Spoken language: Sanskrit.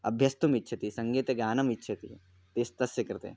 अभ्यस्तुम् इच्छति सङ्गीतज्ञानम् इच्छति दिस्तस्य कृते